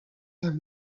have